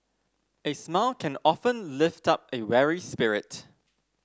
a smile can often lift up a weary spirit